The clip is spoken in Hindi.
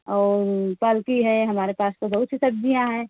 और पालकी है हमारे पास तो बहुत सी सब्ज़ियाँ है